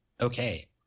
okay